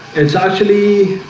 it's actually